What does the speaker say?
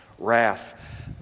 wrath